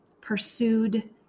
pursued